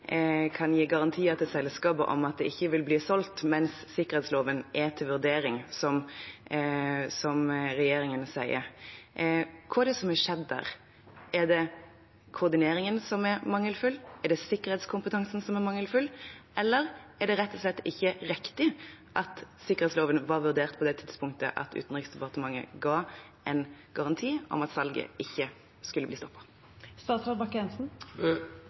garantier til selskapet om at salget ikke vil bli stoppet, mens sikkerhetsloven er til vurdering, som regjeringen sier. Hva er det som har skjedd der? Er det koordineringen som er mangelfull? Er det sikkerhetskompetansen som er mangelfull? Eller er det rett og slett ikke riktig at sikkerhetsloven var vurdert på det tidspunktet da Utenriksdepartementet ga en garanti om at salget ikke skulle bli